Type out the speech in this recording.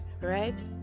right